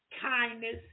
kindness